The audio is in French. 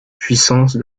puissance